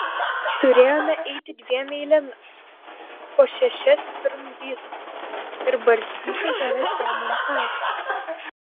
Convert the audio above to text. turėjome eiti dviem eilėmis po šešias pirm vyskupo ir barstyti žoles jam ant tako